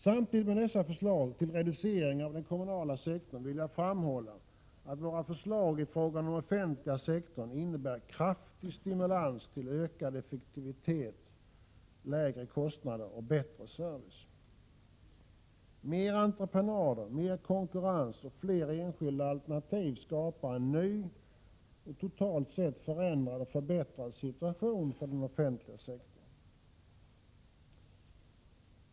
Samtidigt med dessa förslag till reduceringar av den kommunala sektorn vill jag framhålla att våra förslag i fråga om den offentliga sektorn innebär en kraftig stimulans till ökad effektivitet, lägre kostnader och bättre service. Mer av entreprenader, mer konkurrens och fler enskilda alternativ skapar en ny och totalt sett förändrad och förbättrad situation för den offentliga sektorn.